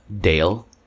Dale